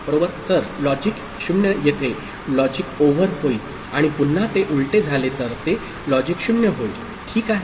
तर लॉजिक 0 येथे logic over होईल आणि पुन्हा ते उलटे झाले तर ते लॉजिक 0 होईल ठीक आहे